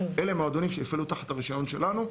אלה מועדונים שיפעלו תחת הרישיון שלנו,